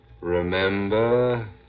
remember